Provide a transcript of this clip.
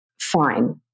fine